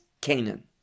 canaan